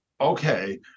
okay